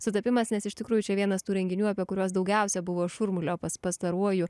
sutapimas nes iš tikrųjų čia vienas tų renginių apie kuriuos daugiausia buvo šurmulio pas pastaruoju